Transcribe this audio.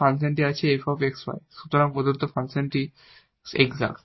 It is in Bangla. ⟹ the equation is exact অতএব একটি ফাংশন আছে f 𝑥 𝑦 সুতরাং প্রদত্ত সমীকরণটি এক্সাট